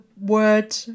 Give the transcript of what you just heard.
word